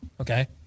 Okay